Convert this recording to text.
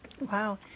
Wow